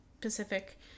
Pacific